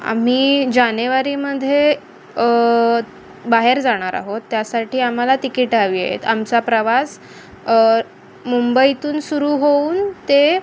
आम्ही जानेवारीमध्ये बाहेर जाणार आहोत त्यासाठी आम्हाला तिकीटं हवी आहेत आमचा प्रवास मुंबईतून सुरू होऊन ते